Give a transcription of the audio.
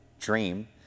dream